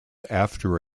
after